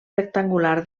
rectangular